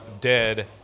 dead